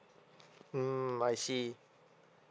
mm I see